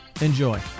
Enjoy